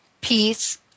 peace